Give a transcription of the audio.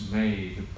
made